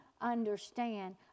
understand